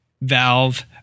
valve